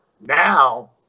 Now